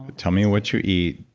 tell me what you eat.